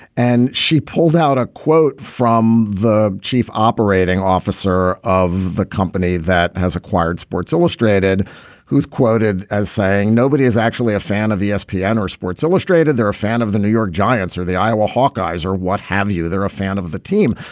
and she pulled out a quote from the chief operating officer of the company that has acquired sports illustrated who's quoted as saying nobody is actually a fan of espn or sports illustrated they're a fan of the new york giants or the iowa hawkeyes or what have you. they're a fan of of the team.